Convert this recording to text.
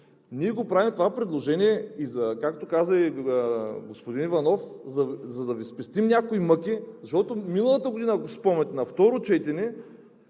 Ние го правим това предложение, както каза и господин Иванов, за да Ви спестим някои мъки, защото миналата година, ако си спомняте, на второ четене,